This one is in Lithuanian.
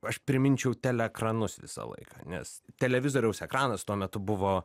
aš priminčiau teleekranus visą laiką nes televizoriaus ekranas tuo metu buvo